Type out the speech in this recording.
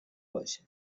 باشد